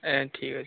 ଆଜ୍ଞା ଠିକ୍ ଅଛି